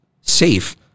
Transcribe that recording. safe